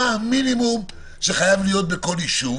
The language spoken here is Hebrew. מה המינימום שחייב להיות בכל ישוב